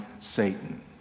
Satan